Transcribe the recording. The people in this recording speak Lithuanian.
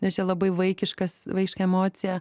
nes čia labai vaikiškas vaikiška emocija